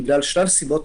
בגלל שלל סיבות,